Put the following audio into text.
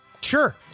Sure